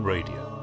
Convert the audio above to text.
Radio